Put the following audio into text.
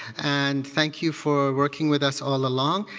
and thank you for working with us all along.